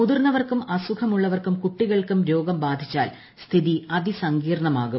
മുതിർന്നവർക്കും അസുഖമുള്ളവർക്കും കുട്ടികൾക്കും രോഗം ബാധിച്ചാൽ സ്ഥിതി അതിസങ്കീർണമാകും